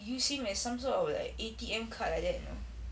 use him as some sort of like A_T_M card like that you know